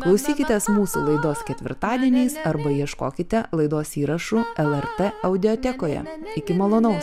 klausykitės mūsų laidos ketvirtadieniais arba ieškokite laidos įrašų lrt audiotekoje iki malonaus